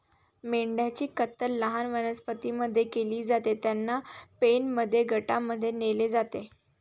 मेंढ्यांची कत्तल लहान वनस्पतीं मध्ये केली जाते, त्यांना पेनमध्ये गटांमध्ये नेले जाते